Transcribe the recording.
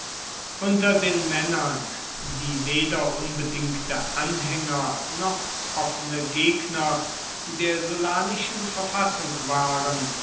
unter den männern die weder unbedingte anhänger noch offene gegner der sullanischen verfassung waren